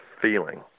feeling